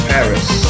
Paris